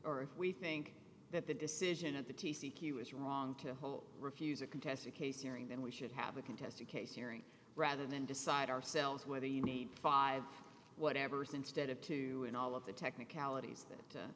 or we think that the decision of the t c q is wrong to hold refuse a contested case hearing then we should have a contested case hearing rather than decide ourselves whether you need five whatevers instead of two and all of the technicalities that